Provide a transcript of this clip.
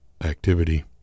activity